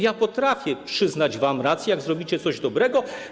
Ja potrafię przyznać wam rację, jak zrobicie coś dobrego.